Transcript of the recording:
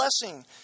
blessing